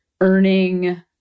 earning